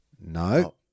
no